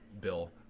Bill